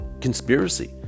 conspiracy